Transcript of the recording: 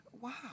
Wow